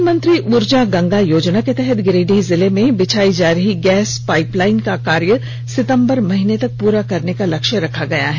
प्रधानमंत्री ऊर्जा गंगा योजना के तहत गिरिडीह जिले में बिछाई जा रही गैस पाइपलाइन का कार्य सितंबर महीने तक पूरा करने का लक्ष्य रखा गया है